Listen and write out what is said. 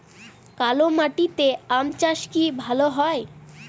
কালো মাটিতে আম চাষ কি ভালো হয়?